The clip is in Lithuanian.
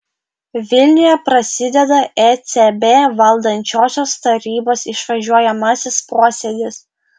vilniuje prasideda ecb valdančiosios tarybos išvažiuojamasis posėdis